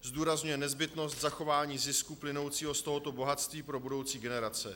Zdůrazňuje nezbytnost zachování zisku plynoucího z tohoto bohatství pro budoucí generace.